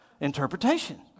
interpretation